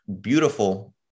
beautiful